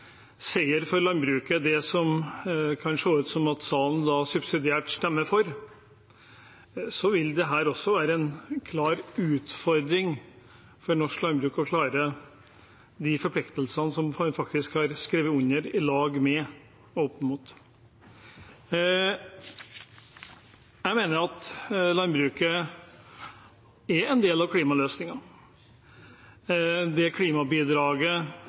seier for landbruket det som det kan se ut som om salen subsidiært stemmer for, vil det også være en klar utfordring for norsk landbruk å klare de forpliktelsene som man har skrevet under. Jeg mener at landbruket er en del av klimaløsningen. Det klimabidraget